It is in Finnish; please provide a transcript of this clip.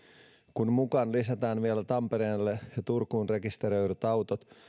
kun mukaan lisätään vielä tampereelle ja turkuun rekisteröidyt autot